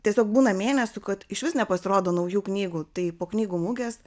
tiesiog būna mėnesių kad išvis nepasirodo naujų knygų tai po knygų mugės